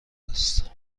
است